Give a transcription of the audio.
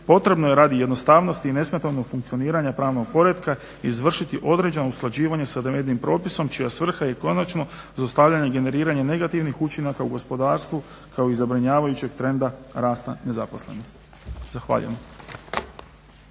potrebno je radi jednostavnosti i nesmetanog funkcioniranja pravnog poretka izvršiti određeno usklađivanje sa navedenim propisom čija svrha je konačno zaustavljanje i generiranje negativnih učinaka u gospodarstvu kao i zabrinjavajućeg trenda rasta nezaposlenosti. Zahvaljujem.